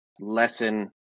lesson